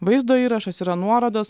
vaizdo įrašas yra nuorodos